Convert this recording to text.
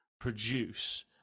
produce